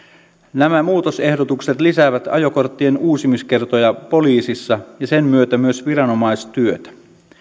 nämä muutosehdotukset lisäävät ajokorttien uusimiskertoja poliisissa ja sen myötä myös viranomaistyötä